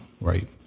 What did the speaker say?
right